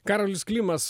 karolis klimas